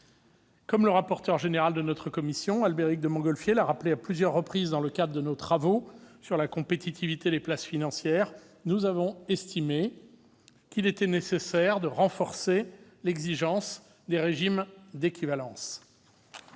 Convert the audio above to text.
Comme le rapporteur général de notre commission, Albéric de Montgolfier, l'a rappelé à plusieurs reprises dans le cadre de nos travaux sur la compétitivité des places financières, nous avons estimé qu'il était nécessaire de renforcer l'exigence des régimes d'équivalence.